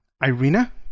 Irina